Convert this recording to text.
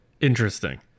interesting